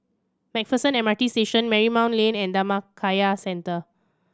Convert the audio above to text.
Macpherson M R T Station Marymount Lane and Dhammakaya Centre